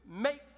make